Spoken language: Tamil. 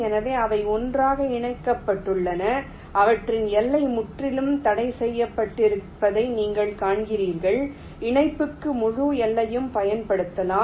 எனவே அவை ஒன்றாக இணைக்கப்பட்டுள்ளன அவற்றின் எல்லை முற்றிலும் தடைசெய்யப்பட்டிருப்பதை நீங்கள் காண்கிறீர்கள் இணைப்புக்கு முழு எல்லையையும் பயன்படுத்தலாம்